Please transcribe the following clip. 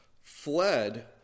fled